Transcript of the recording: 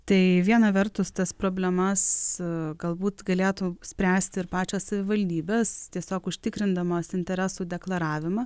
tai viena vertus tas problemas galbūt galėtų spręsti ir pačios savivaldybės tiesiog užtikrindamos interesų deklaravimą